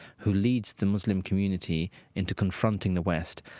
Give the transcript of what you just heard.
who leads the muslim community into confronting the west,